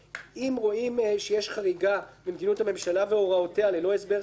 אם רואים שיש חריגה במדיניות בממשלה והוראותיה ללא הסבר סביר,